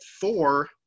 four